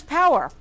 power